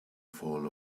fall